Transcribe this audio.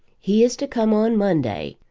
he is to come on monday.